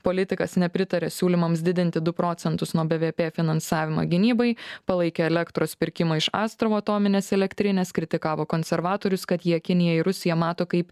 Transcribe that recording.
politikas nepritaria siūlymams didinti du procentus nuo bvp finansavimo gynybai palaikė elektros pirkimą iš astravo atominės elektrinės kritikavo konservatorius kad jie kinijai rusiją mato kaip